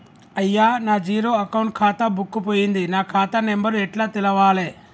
అయ్యా నా zero account ఖాతా బుక్కు పోయింది నా ఖాతా నెంబరు ఎట్ల తెలవాలే?